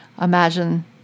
imagine